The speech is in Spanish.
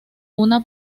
una